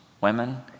Women